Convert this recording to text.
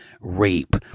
rape